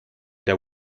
der